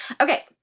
Okay